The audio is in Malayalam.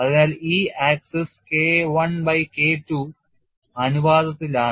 അതിനാൽ ഈ അക്ഷം K I by K II അനുപാതത്തിലാണ്